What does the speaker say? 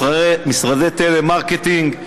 משרדי טלמרקטינג,